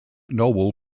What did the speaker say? noble